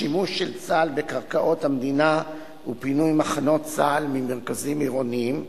השימוש של צה"ל בקרקעות המדינה ופינוי מחנות צה"ל ממרכזים עירוניים.